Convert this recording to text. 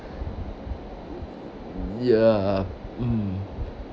ya mm